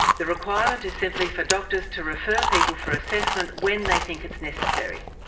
the requirement is simply for doctors to refer people for assessment when they think it's necessary.